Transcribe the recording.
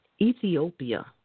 Ethiopia